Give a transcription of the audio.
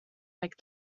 like